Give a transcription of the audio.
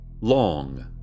long